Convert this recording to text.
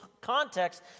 context